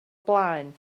blaen